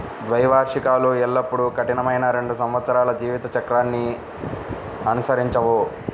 ద్వైవార్షికాలు ఎల్లప్పుడూ కఠినమైన రెండు సంవత్సరాల జీవిత చక్రాన్ని అనుసరించవు